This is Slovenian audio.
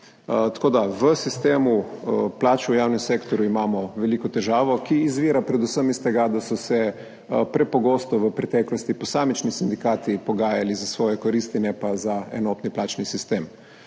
plače. V sistemu plač v javnem sektorju imamo veliko težavo, ki izvira predvsem iz tega, da so se prepogosto v preteklosti posamični sindikati pogajali za svoje koristi ne pa za enotni plačni sistem.